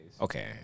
Okay